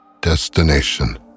Destination